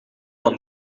dan